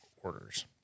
orders